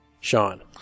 Sean